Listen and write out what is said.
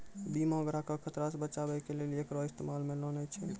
बीमा ग्राहको के खतरा से बचाबै के लेली एकरो इस्तेमाल मे लानै छै